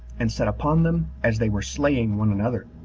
and set upon them as they were slaying one another.